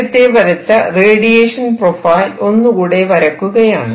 നേരത്ത വരച്ച radiation profile ഒന്നുകൂടെ വരക്കുകയാണ്